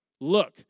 Look